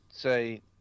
say